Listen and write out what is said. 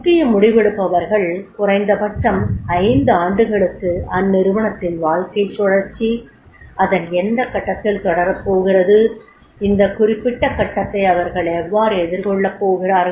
முக்கிய முடிவெடுப்பவர்கள் குறைந்தபட்சம் அடுத்த ஐந்து ஆண்டுகளுக்கு அந்நிறுவனத்தின் வாழ்க்கை சுழற்சி அதன் எந்த கட்டத்தில் தொடரப் போகிறது இந்த குறிப்பிட்ட கட்டத்தை அவர்கள் எவ்வாறு எதிர்கொள்ளப் போகிறார்கள்